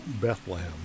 Bethlehem